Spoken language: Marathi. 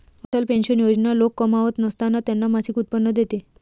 अटल पेन्शन योजना लोक कमावत नसताना त्यांना मासिक उत्पन्न देते